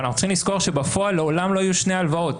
אנחנו צריכים לזכור שבפועל לעולם לא יהיו שתי הלוואות.